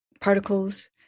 particles